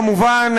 כמובן,